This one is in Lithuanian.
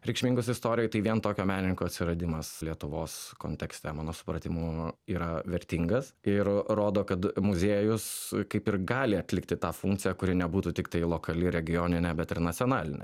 reikšmingus istorijoj tai vien tokio menininko atsiradimas lietuvos kontekste mano supratimu yra vertingas ir rodo kad muziejus kaip ir gali atlikti tą funkciją kuri nebūtų tiktai lokali regioninė bet ir nacionalinė